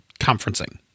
conferencing